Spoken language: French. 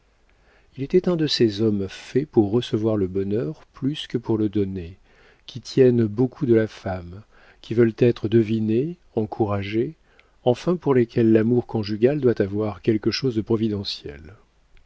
il était un de ces hommes faits pour recevoir le bonheur plus que pour le donner qui tiennent beaucoup de la femme qui veulent être devinés encouragés enfin pour lesquels l'amour conjugal doit avoir quelque chose de providentiel